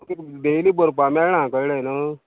daily भरपा मेळना कळ्ळें न्हू